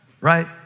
Right